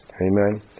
Amen